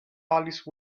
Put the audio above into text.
alice